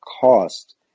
cost